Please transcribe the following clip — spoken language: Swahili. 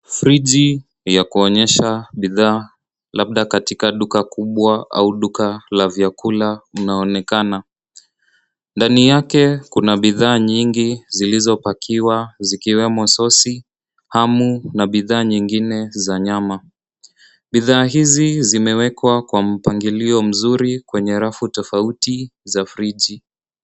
Friji ya kuonyesha bidhaa, labda katika duka kubwa au duka la vyakula unaonekana. Ndani yake kuna bidhaa nyingi zilizopakiwa zikiwemo sosi, hamu na bidhaa nyingine za nyama. Bidhaa hizi zimewekwa kwa mpangilio mzuri kwenye rafu tofauti za friji.